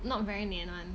not very 粘 one